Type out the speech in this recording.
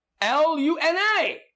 L-U-N-A